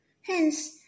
Hence